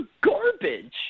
garbage